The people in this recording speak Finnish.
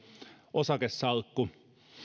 osakesalkku